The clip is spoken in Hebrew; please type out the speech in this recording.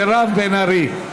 מירב בן ארי.